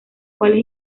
cuales